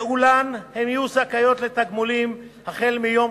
ואולם הן יהיו זכאיות לתגמולים מיום